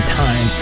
time